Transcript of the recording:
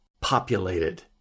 populated